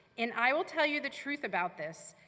and i will tell you the truth about this.